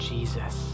Jesus